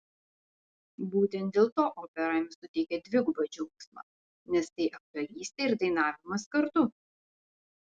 būtent dėl to opera jam suteikia dvigubą džiaugsmą nes tai aktorystė ir dainavimas kartu